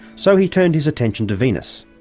so he turned his attention to venus.